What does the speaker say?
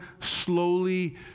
slowly